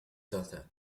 daughter